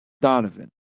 Donovan